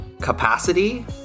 capacity